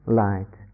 light